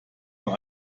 nur